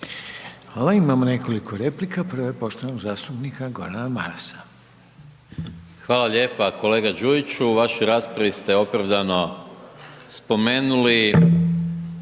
Hvala. Imamo nekoliko replika, prva je poštovanog zastupnika Gordana Marasa. **Maras, Gordan (SDP)** Hvala lijepa kolega Đujiću, u vašoj raspravi ste opravdano spomenuli